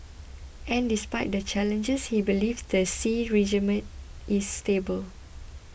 and despite the challenges he believes the Xi regime is stable